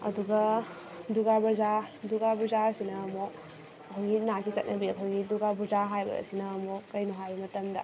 ꯑꯗꯨꯒ ꯗꯨꯔꯒꯥ ꯄꯨꯖꯥ ꯗꯨꯔꯒꯥ ꯄꯨꯖꯥ ꯑꯁꯤꯅ ꯑꯃꯨꯛ ꯑꯩꯈꯣꯏꯒꯤ ꯅꯥꯠꯀꯤ ꯆꯠꯅꯕꯤ ꯑꯩꯈꯣꯏꯒꯤ ꯗꯨꯔꯒꯥ ꯄꯨꯖꯥ ꯍꯥꯏꯕ ꯑꯁꯤꯅ ꯑꯃꯨꯛ ꯀꯔꯤꯅꯣ ꯍꯥꯏꯕ ꯃꯇꯝꯗ